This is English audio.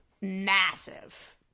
massive